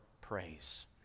praise